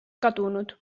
kadunud